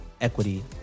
equity